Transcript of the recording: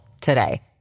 today